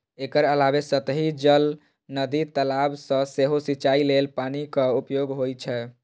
एकर अलावे सतही जल, नदी, तालाब सं सेहो सिंचाइ लेल पानिक उपयोग होइ छै